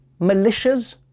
militias